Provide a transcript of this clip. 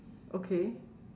okay